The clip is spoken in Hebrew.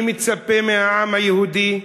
אני מצפה מהעם היהודי,